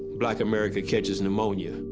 black america catches pneumonia.